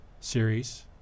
series